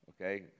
Okay